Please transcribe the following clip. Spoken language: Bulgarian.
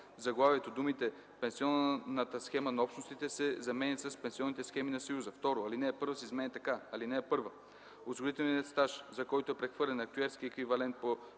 заглавието думите „пенсионната схема на Общностите” се заменят с „пенсионните схеми на Съюза”. 2. Алинея 1 се изменя така: „(1) Осигурителният стаж, за който е прехвърлен актюерски еквивалент по